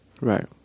Right